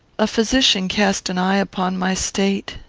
a physician cast an eye upon my state.